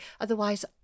otherwise